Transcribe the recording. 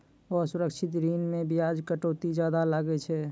असुरक्षित ऋण मे बियाज कटौती जादा लागै छै